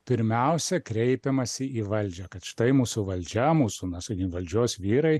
pirmiausia kreipiamasi į valdžią kad štai mūsų valdžia mūsų sakim valdžios vyrai